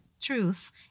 truth